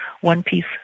one-piece